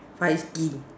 five bean